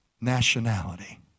nationality